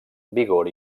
vigor